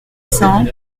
cents